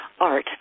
art